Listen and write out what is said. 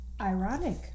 Ironic